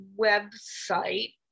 website